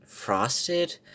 Frosted